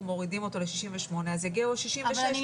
מורידים אותו ל-68% אז יגיעו ה-66,